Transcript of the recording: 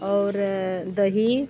और दही